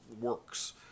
works